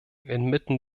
inmitten